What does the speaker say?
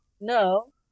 No